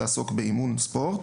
לעסוק באימון ספורט.